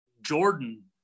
jordan